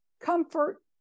comfort